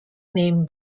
name